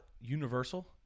universal